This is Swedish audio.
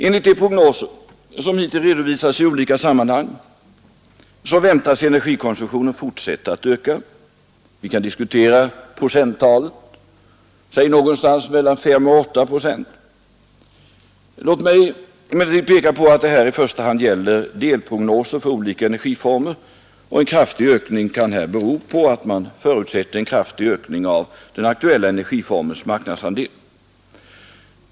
Enligt de prognoser som hittills redovisats i olika sammanhang väntas energikonsumtionen fortsätta att öka. Vi kan diskutera procenttalet — säg någonstans mellan 5 och 8 procent. Låt mig emellertid peka på att det här i första hand gäller delprognoser för olika energiformer, och en kraftig ökning kan här bero på att man förutsätter en stark tillväxt av den aktuella energiformens marknadsandel.